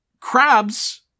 Crabs